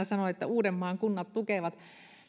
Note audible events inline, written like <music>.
<unintelligible> sanoi että uudenmaan kunnat tukevat